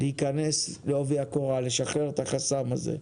להכנס לעובי הקורה, לשחרר את החסם הזה.